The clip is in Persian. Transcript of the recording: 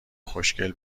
خوشگل